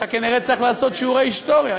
אתה כנראה צריך לעשות שיעורי היסטוריה.